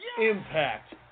Impact